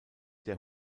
der